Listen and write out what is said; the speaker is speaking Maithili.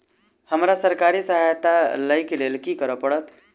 हमरा सरकारी सहायता लई केँ लेल की करऽ पड़त?